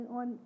on